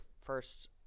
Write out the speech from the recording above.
first